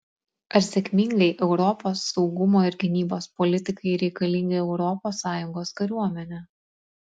ar sėkmingai europos saugumo ir gynybos politikai reikalinga europos sąjungos kariuomenė